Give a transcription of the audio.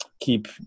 keep